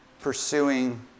pursuing